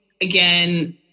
again